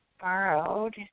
borrowed